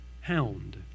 Hound